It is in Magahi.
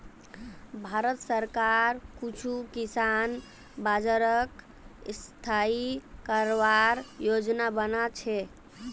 भारत सरकार कुछू किसान बाज़ारक स्थाई करवार योजना बना छेक